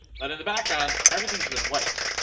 but in the background everything's been wiped.